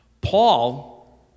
Paul